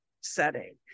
setting